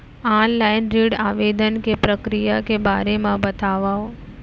Online ऋण आवेदन के प्रक्रिया के बारे म बतावव?